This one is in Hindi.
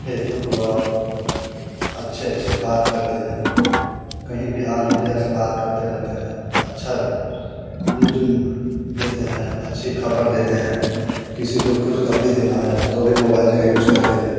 फेसबुक हुआ अच्छे अच्छे बात करते हैं कहीं भी ऑल इंडिया से बात करते रहते हैं अच्छा न्यूज देते हैं अच्छी खबर देते हैं किसी को खुशखबरी देना है तो भी मोबाइल का यूज़ करते हैं